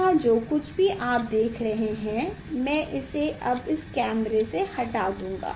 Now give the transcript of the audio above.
यहाँ जो कुछ भी आप देख रहे हैं मैं इसे अब इस कैमरे से हटा दूंगा